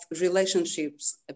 relationships